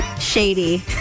Shady